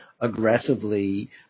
aggressively